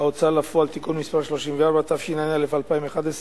ההוצאה לפועל (תיקון מס' 34), התשע"א 2011,